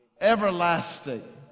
everlasting